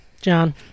John